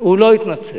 הוא לא התנצל.